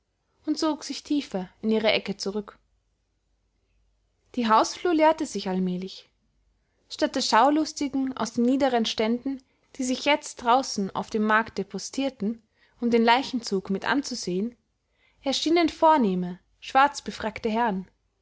und zog sich tiefer in ihre ecke zurück die hausflur leerte sich allmählich statt der schaulustigen aus den niederen ständen die sich jetzt draußen auf dem markte postierten um den leichenzug mit anzusehen erschienen vornehme schwarzbefrackte herren